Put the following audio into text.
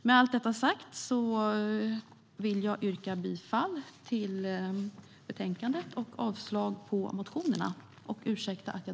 Med allt detta sagt yrkar jag bifall till förslaget i betänkandet och avslag på motionerna.